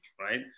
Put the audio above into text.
right